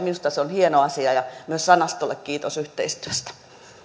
minusta se on hieno asia ja myös sanastolle kiitos yhteistyöstä